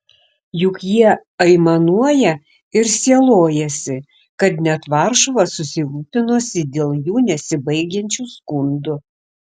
juk jie aimanuoja ir sielojasi kad net varšuva susirūpinusi dėl jų nesibaigiančių skundų